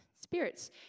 spirits